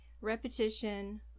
repetition